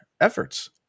efforts